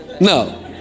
No